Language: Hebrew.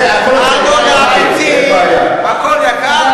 הכול יקר,